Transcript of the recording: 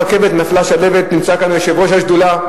נמצא כאן יושב-ראש השדולה.